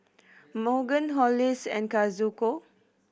Morgan Hollis and Kazuko